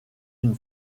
une